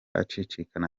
acicikana